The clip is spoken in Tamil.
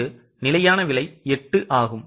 இங்கு நிலையான விலை 8 ஆகும்